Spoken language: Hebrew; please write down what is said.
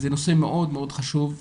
זה נושא מאוד מאוד חשוב,